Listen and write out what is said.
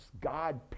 God